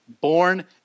Born